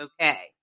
okay